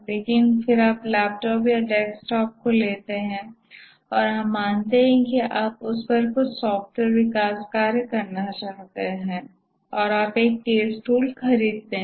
लेकिन फिर आप लैपटॉप या डेस्कटॉप को लेते हैं और हम मानते है कि आप उस पर कुछ सॉफ्टवेयर विकास कार्य करना चाहते हैं और आप एक केस टूल खरीदते हैं